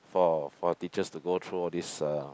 for for teachers to go though all this uh